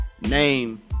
name